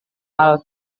hal